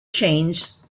chains